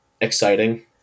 exciting